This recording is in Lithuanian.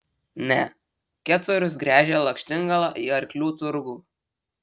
ne kecorius gręžia lakštingalą į arklių turgų